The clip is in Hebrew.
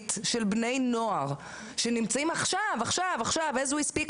דרמטית של בני נוער שנמצאים עכשיו --- התמכרויות,